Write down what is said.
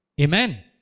Amen